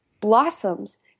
blossoms